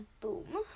Boom